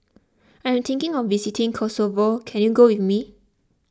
I am thinking of visiting Kosovo can you go with me